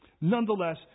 Nonetheless